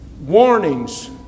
warnings